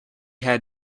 had